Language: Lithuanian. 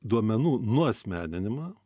duomenų nuasmeninimą